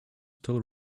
still